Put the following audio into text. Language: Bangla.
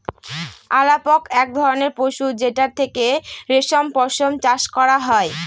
আলাপক এক ধরনের পশু যেটার থেকে রেশম পশম চাষ করা হয়